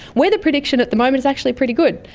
weather prediction at the moment is actually pretty good.